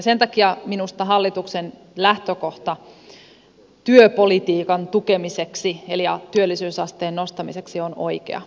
sen takia minusta hallituksen lähtökohta työpolitiikan tukemiseksi ja työllisyysasteen nostamiseksi on oikea